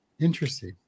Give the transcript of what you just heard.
Interesting